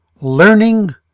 learning